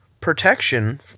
protection